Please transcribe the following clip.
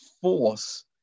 force